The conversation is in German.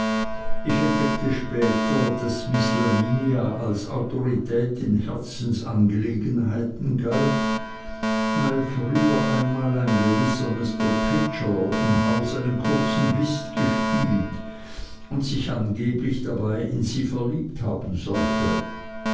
ich entdeckte später daß miß lavinia als autorität in herzensangelegenheiten galt weil früher einmal ein gewisser mr pidger im hause einen kurzen whist gespielt und sich angeblich dabei in sie verliebt haben sollte